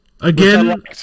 Again